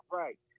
right